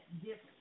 different